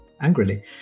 angrily